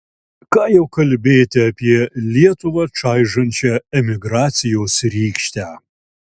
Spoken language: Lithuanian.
ką jau kalbėti apie lietuvą čaižančią emigracijos rykštę